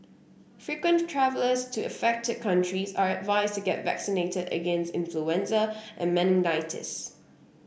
frequent travellers to affected countries are advised to get vaccinated against influenza and meningitis